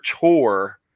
tour